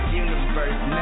universe